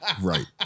Right